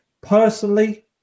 Personally